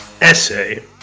essay